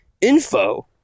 info